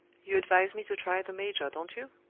you advise me to try the major, don't you?